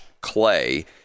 clay